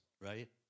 right